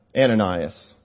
Ananias